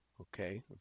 okay